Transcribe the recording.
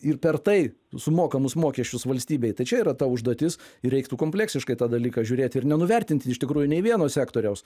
ir per tai sumokamus mokesčius valstybei tai čia yra ta užduotis ir reiktų kompleksiškai tą dalyką žiūrėti ir nenuvertinti iš tikrųjų nei vieno sektoriaus